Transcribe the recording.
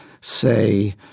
say